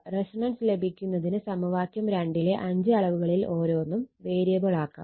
resonance ലഭിക്കുന്നതിന് സമവാക്യം ലെ അഞ്ച് അളവുകളിൽ ഓരോന്നും വേരിയബിൾ ആക്കാം